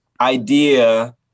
idea